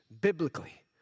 biblically